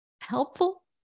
helpful